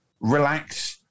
Relax